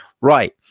Right